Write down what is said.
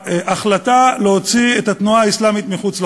ההחלטה להוציא את התנועה האסלאמית מחוץ לחוק.